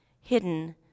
hidden